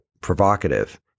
provocative